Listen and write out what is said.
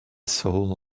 soul